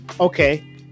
okay